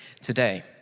today